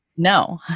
no